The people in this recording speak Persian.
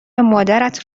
مادرت